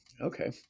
Okay